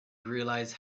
realize